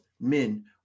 men